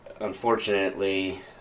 Unfortunately